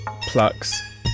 plucks